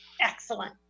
excellent